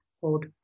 hold